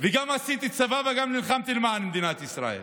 וגם עשיתי צבא וגם נלחמתי למען מדינת ישראל.